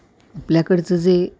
आपल्याकडचं जे